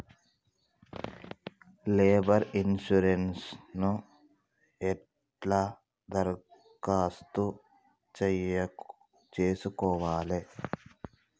Labour insurance ఎట్ల దరఖాస్తు చేసుకోవాలే?